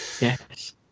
yes